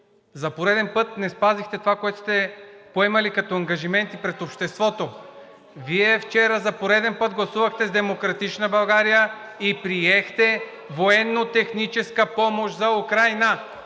за пореден път не спазихте това, което сте поемали като ангажименти пред обществото. Вие вчера за пореден път гласувахте с „Демократична България“ и приехте военнотехническа помощ за Украйна.